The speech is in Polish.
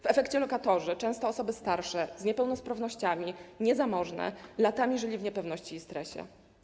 W efekcie lokatorzy - często osoby starsze, z niepełnosprawnościami, niezamożne - latami żyli w niepewności i stresie.